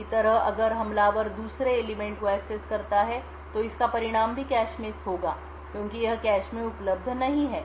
इसी तरह अगर हमलावर दूसरे तत्वelement एलिमेंट को एक्सेस करता है तो इसका परिणाम भी कैश मिस होगा क्योंकि यह कैश में उपलब्ध नहीं है